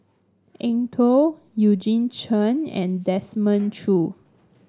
Eng Tow Eugene Chen and Desmond Choo